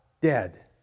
Dead